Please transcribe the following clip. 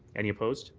any opposed?